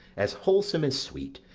as wholesome as sweet,